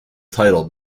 title